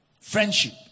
Friendship